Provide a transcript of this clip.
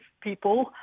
people